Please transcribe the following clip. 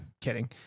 Kidding